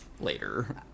later